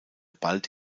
bald